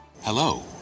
Hello